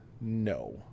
No